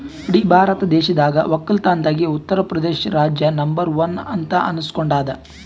ಇಡೀ ಭಾರತ ದೇಶದಾಗ್ ವಕ್ಕಲತನ್ದಾಗೆ ಉತ್ತರ್ ಪ್ರದೇಶ್ ರಾಜ್ಯ ನಂಬರ್ ಒನ್ ಅಂತ್ ಅನಸ್ಕೊಂಡಾದ್